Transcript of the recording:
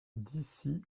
d’ici